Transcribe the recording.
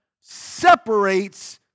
separates